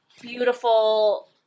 beautiful